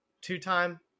two-time